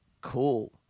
Cool